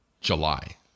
July